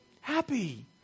happy